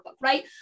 right